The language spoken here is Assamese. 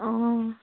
অঁ